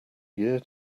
year